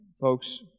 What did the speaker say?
folks